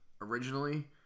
originally